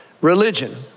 Religion